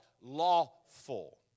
Lawful